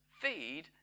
feed